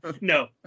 no